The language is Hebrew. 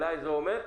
אליי זה אומר,